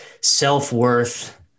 self-worth